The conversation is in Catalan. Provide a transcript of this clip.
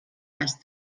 cas